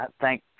thank